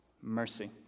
Mercy